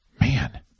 Man